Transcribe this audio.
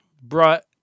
brought